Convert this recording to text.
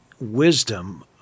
wisdom